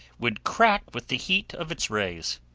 would crack with the heat of its rays.